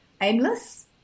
aimless